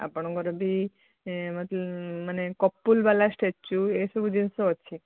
ଆପଣଙ୍କର ବି ମାନେ କପଲ୍ ୱାଲା ଷ୍ଟାଚ୍ୟୁ ଏସବୁ ଜିନିଷ ଅଛି